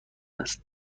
است